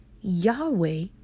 Yahweh